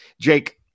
Jake